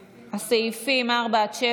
סעיפים 4 7,